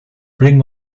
bring